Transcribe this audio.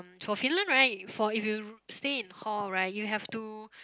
for Finland right for if you stay in hall right you have to